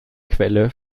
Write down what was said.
quelle